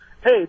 Hey